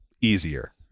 easier